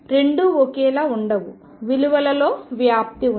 రెండు ఒకేలా ఉండవు విలువలలో వ్యాప్తి ఉంది